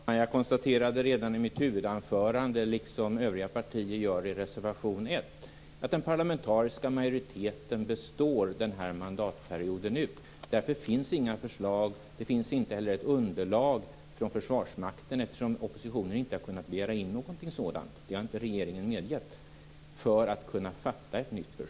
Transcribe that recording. Fru talman! Jag konstaterade redan i mitt huvudanförande, liksom övriga partier gör i reservation 1, att den parlamentariska majoriteten består denna mandatperiod ut. Därför finns det inga förslag. Det finns inte heller något underlag från Försvarsmakten för att kunna fatta ett nytt försvarsbeslut, eftersom oppositionen inte har kunnat begära in något sådant. Det har inte regeringen medgett.